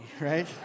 right